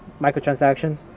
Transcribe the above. microtransactions